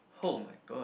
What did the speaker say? oh my god